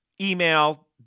email